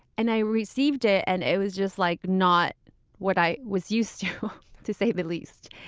and i received it, and it was just like not what i was used to to say the least.